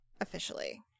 officially